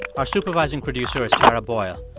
our supervising producer is tara boyle.